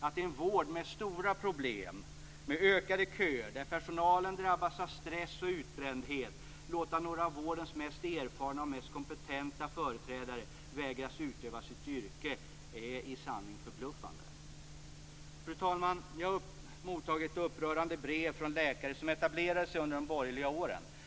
Att i en vård med stora problem med ökande köer där personalen drabbas av stress och utbrändhet förvägra några av vårdens mest erfarna och mest kompetenta företrädare att utöva sitt yrke är i sanning förbluffande. Fru talman! Jag har mottagit upprörande brev från läkare som etablerade sig under de borgerliga åren.